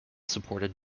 supported